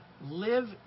Live